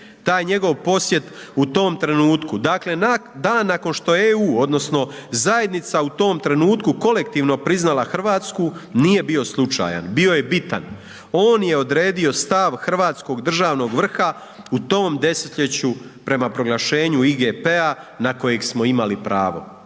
taj njegov posjet u tom trenutku dakle nakon što EU odnosno zajednica u tom trenutku kolektivno priznala Hrvatska nije bio slučajan, bio je bitan. On je odredio stav hrvatskog državnog vrha u tom desetljeću prema proglašenju IGP-a na kojeg smo imali pravo.